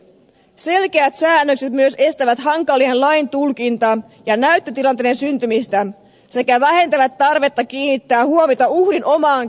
selkeät säännökset myös estävät hankalien lain tulkinta ja näyttötilanteiden syntymistä sekä vähentävät tarvetta kiinnittää huomiota uhrin omaan käyttäytymiseen